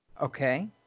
okay